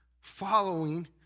following